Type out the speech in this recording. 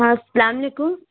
ہاں السلام علیکم